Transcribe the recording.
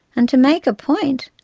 and to make a point,